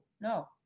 no